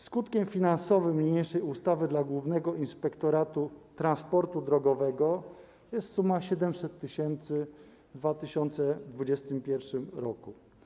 Skutkiem finansowym niniejszej ustawy dla Głównego Inspektoratu Transportu Drogowego jest suma 700 tys. w 2021 r.